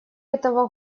этого